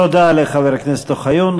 תודה לחבר הכנסת אוחיון.